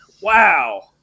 Wow